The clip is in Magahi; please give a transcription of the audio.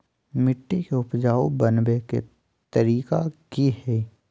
मिट्टी के उपजाऊ बनबे के तरिका की हेय?